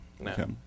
no